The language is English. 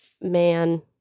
man